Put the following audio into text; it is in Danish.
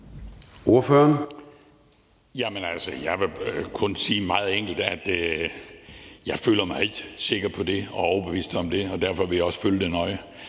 Jeg vil kun meget enkelt sige, at jeg ikke føler mig sikker på det eller er overbevist om det, og derfor vil jeg også følge det nøje.